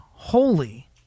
holy